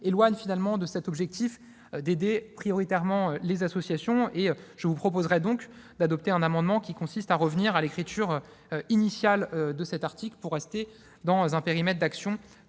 éloigne de l'objectif d'aider prioritairement les associations. Je vous proposerai donc d'adopter un amendement visant à revenir à l'écriture initiale de cet article, pour rester dans un périmètre d'action